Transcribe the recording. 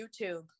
youtube